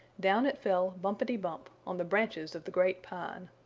down it fell bumpity-bump on the branches of the great pine.